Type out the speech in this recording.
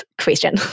question